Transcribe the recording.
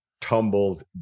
tumbled